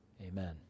amen